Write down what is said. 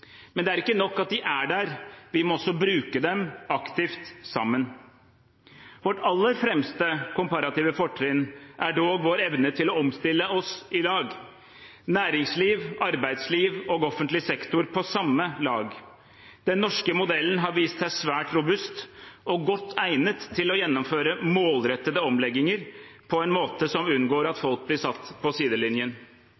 Men det er ikke nok at de er der – vi må også bruke dem, aktivt, sammen. Vårt aller fremste komparative fortrinn er dog vår evne til å omstille oss i lag – næringsliv, arbeidsliv og offentlig sektor på samme lag. Den norske modellen har vist seg svært robust og godt egnet til å gjennomføre målrettede omlegginger på en måte som unngår at